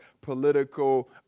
political